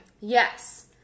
Yes